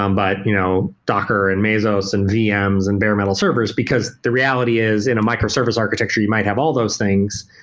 um but you know docker and mesos and vms and bare metal servers, because the reality is in a microservice architecture, you might have all those things.